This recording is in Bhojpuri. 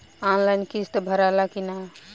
आनलाइन किस्त भराला कि ना?